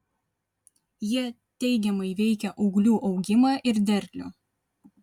jie teigiamai veikia ūglių augimą ir derlių